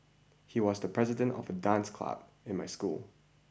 he was the president of the dance club in my school